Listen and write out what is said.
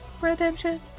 Redemption